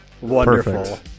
Wonderful